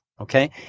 Okay